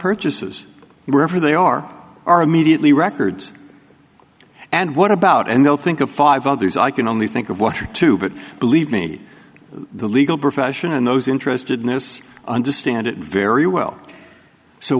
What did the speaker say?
purchases wherever they are are immediately records and what about and they'll think of five others i can only think of what or two but believe me the legal profession and those interested in this understand it very well so